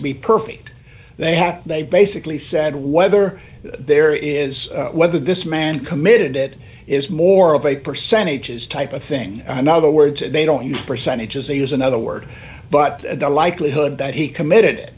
to be perfect they have they basically said whether there is whether this man committed it is more of a percentage is type of thing in other words they don't use percentages they use another word but the likelihood that he committed